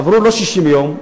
עברו לא 60 יום,